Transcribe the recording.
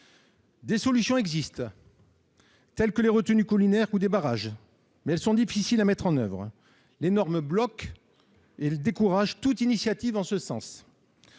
Des solutions existent, comme les retenues collinaires ou les barrages, mais elles sont difficiles à mettre en oeuvre. Les normes bloquent et découragent toute initiative en ce sens.